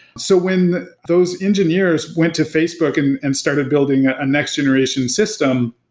so when those engineers went to facebook and and started building a next-generation system,